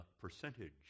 percentage